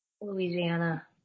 Louisiana